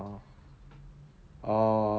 oh